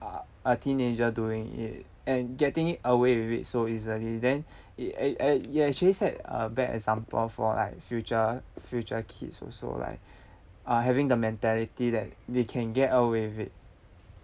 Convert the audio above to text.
uh a teenager doing it and getting away with it so easily then i~ i~ it actually set a bad example for like future future kids also like uh having the mentality that they can get away with it